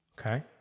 Okay